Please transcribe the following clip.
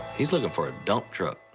he's looking for a dump truck.